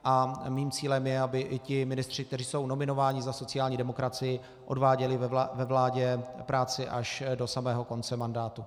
A mým cílem je, aby i ti ministři, kteří jsou nominováni za sociální demokracii, odváděli ve vládě práci až do samého konce mandátu.